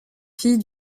fille